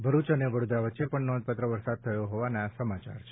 ભરૂચ અને વડોદરા વચ્ચે પણ નોંધપાત્ર વરસાદ થયો હોવાના સમાચાર છે